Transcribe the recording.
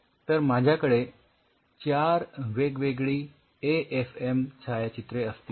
तर माझ्याकडे चार वेगवेगळी ए एफ एम छायाचित्रे असतील